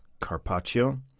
carpaccio